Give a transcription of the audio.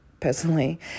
personally